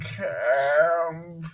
camp